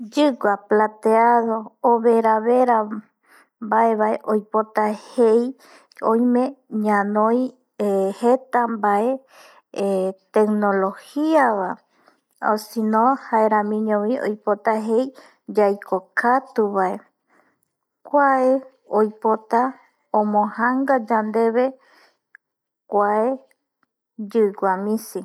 Yigua overavera vae oipota jei oime ñanoi jdeta bae eh tegnologia vae, baetinyae jaeramiño bi oipota jei yaiko katu baekuae oipota omojanga yandeve yigua misi